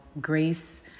grace